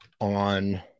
on